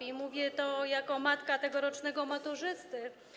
I mówię to jako matka tegorocznego maturzysty.